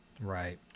Right